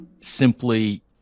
simply